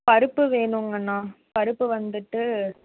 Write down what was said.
பருப்பு வேணுங்கண்ணா பருப்பு வந்துட்டு